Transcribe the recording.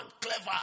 Clever